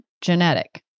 genetic